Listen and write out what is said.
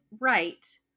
right